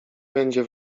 będzie